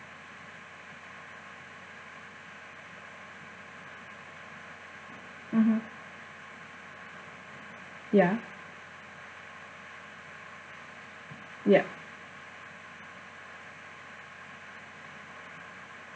mmhmm ya yup